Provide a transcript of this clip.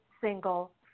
single